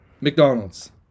McDonald's